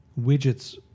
widgets